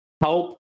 help